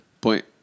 point